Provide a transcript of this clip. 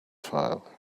file